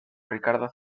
ricardo